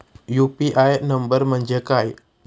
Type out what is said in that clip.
UPI number म्हणजे काय?